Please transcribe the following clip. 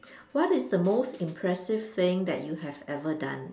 what is the most impressive thing that you have ever done